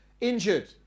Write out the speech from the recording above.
injured